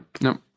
no